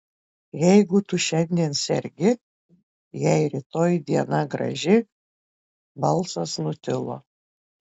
jeigu tu šiandien sergi jei rytoj diena graži balsas nutilo